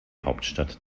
hauptstadt